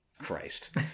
christ